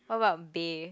what's about bae